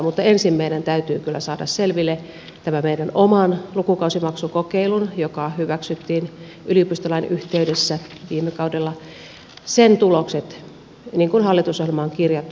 mutta ensin meidän täytyy kyllä saada selville meidän oman lukukausimaksukokeilumme joka hyväksyttiin yliopistolain yhteydessä viime kaudella tulokset niin kuin hallitusohjelmaan on kirjattu